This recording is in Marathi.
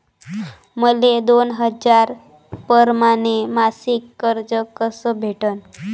मले दोन हजार परमाने मासिक कर्ज कस भेटन?